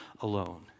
alone